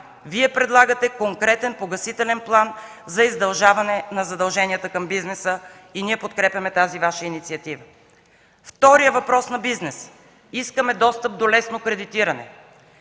Вие предлагате конкретен погасителен план за издължаване на задълженията към бизнеса и ние подкрепяме тази Ваша инициатива. Вторият въпрос на бизнеса: „Искаме достъп до лесно кредитиране”.